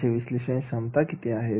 त्याचे विश्लेषण क्षमता किती आहे